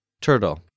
Turtle